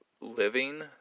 living